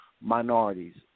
minorities